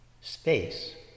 space